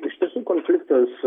iš tiesų konfliktas